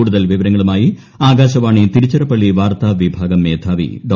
കൂടുതൽ വിവരങ്ങളുമായി ആകാശവാണി തിരുച്ചിറപ്പള്ളി വാർത്താ വിഭാഗം മേധാവി ഡോ